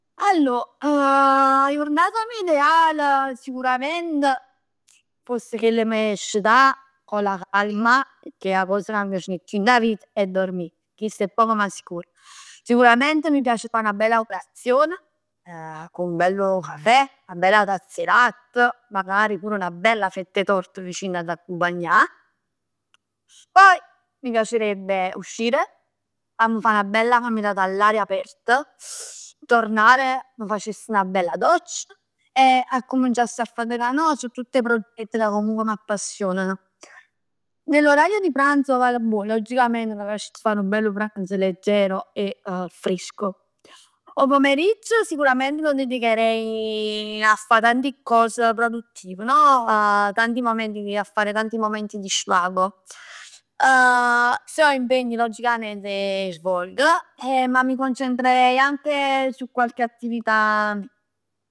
Allor, 'a jurnat mia ideale sicurament foss chell 'e m' scetà con la calma, pecchè 'a cos ca m' piace 'e chiù dint 'a vit è dormì. Chest è poco ma sicuro. Sicurament m' piace 'a fa 'na bella colazione, nu bell cafè, 'na bella tazza 'e latt, magari pur 'na bella fett 'e tort vicin p' accumpagnà. Poi mi piacerebbe uscire a m' fa 'na bella camminat 'a l'aria apert. Tornare, m' facess 'na bella doccia e accuminciass a faticà no? Su tutti i progetti ca comunque m'appassionano. Nell' orario di pranzo, vabbuò, logicament m' facess nu bell pranzo leggero e fresco. 'O pomeriggio sicuramente lo dedicherei a fa tanti cos produttiv no? Tanti momenti, a fare tanti momenti di svago. Se ho impegni logicament 'e svolg e ma mi concentrerei anche su qualche attività